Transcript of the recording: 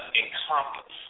encompass